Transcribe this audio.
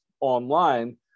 online